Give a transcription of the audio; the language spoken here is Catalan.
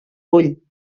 bull